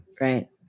Right